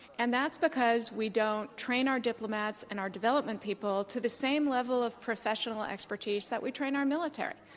and that's because we don't train our diplomats and our development people to the same level of professional expertise that we train our military,